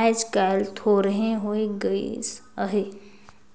आएज काएल थोरहें होए लगिस अहे